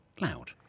loud